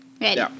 Ready